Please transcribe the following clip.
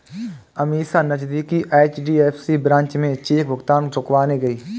अमीषा नजदीकी HDFC branch में cheque भुगतान रुकवाने गई